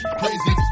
crazy